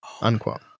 Unquote